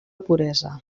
puresa